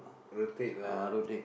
rotate lah